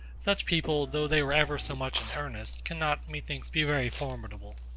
such people, though they were ever so much in earnest, cannot, methinks, be very formidable.